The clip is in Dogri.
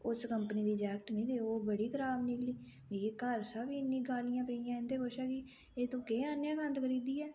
ओस कंपनी दी जैकट नी देओ ओह् बड़ी खराब निकली मिगी घर शा बी इन्नी गालियां पेइयां इं'दे कशा बी एह् तूं केह् आह्नेआ गंद खरीदियै